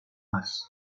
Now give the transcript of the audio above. mars